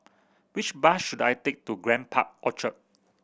which bus should I take to Grand Park Orchard